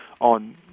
on